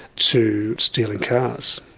to stealing cars,